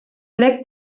plec